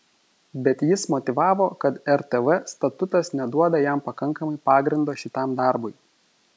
bet jis motyvavo kad rtv statutas neduoda jam pakankamai pagrindo šitam darbui